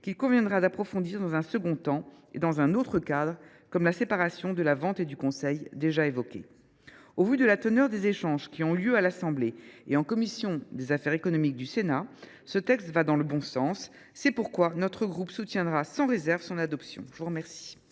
qu’il conviendra d’approfondir dans un second temps et dans un autre cadre, comme la séparation de la vente et du conseil, que nous avons déjà évoquée. Au vu des échanges qui ont eu lieu à l’Assemblée nationale et en commission des affaires économiques du Sénat, ce texte va dans le bon sens. C’est pourquoi notre groupe soutiendra sans réserve son adoption. La parole